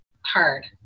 hard